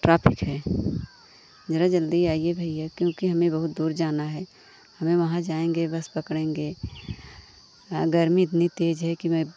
traffic है ज़रा जल्दी आइए भैया क्योंकि हमें बहुत दूर जाना है हमें वहाँ जाएँगे बस पकड़ेंगे गर्मी इतनी तेज़ है कि मैं